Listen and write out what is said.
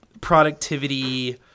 productivity